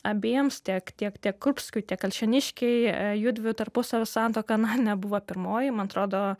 abiems tiek tiek tiek kurbskiui tiek alšėniškei jųdviejų tarpusavio santuoka na nebuvo pirmoji man atrodo